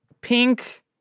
pink